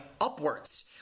upwards